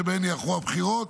שבהן ייערכו הבחירות